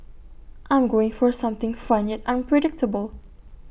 I'm going for something fun yet unpredictable